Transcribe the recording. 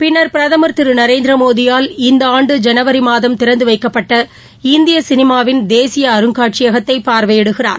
பின்னர் பிரதமர் திருநரேந்திரமோடியால் இந்தஆண்டு ஐனவரிமாதம் திறந்துவைக்கப்பட்ட இந்தியசினிமாவின் தேசியஅருங்காட்சியகத்தைபாாவையிடுகிறார்